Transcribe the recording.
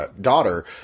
Daughter